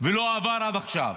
ולא עבר עד עכשיו